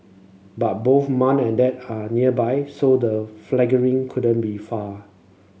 but both mum and dad are nearby so the fledglings couldn't be far